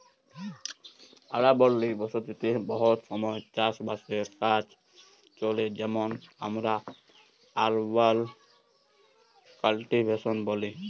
আরবাল বসতিতে বহুত সময় চাষ বাসের কাজ চলে যেটকে আমরা আরবাল কাল্টিভেশল ব্যলি